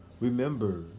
remember